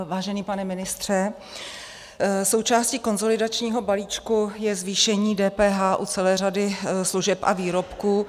Vážený pane ministře, součástí konsolidačního balíčku je zvýšení DPH u celé řady služeb a výrobků.